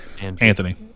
Anthony